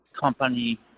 company